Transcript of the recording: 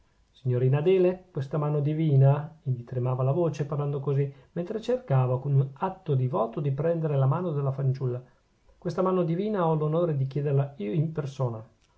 signorina adele questa mano divina e gli tremava la voce parlando così mentre cercava con atto divoto di prendere la mano della fanciulla questa mano divina ho l'onore di chiederla io in persona